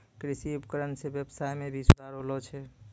कृषि उपकरण सें ब्यबसाय में भी सुधार होलो छै